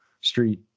street